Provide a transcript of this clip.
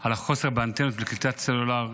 על החוסר באנטנות ובקליטת סלולר.